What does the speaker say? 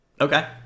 Okay